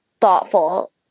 thoughtful